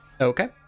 Okay